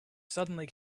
suddenly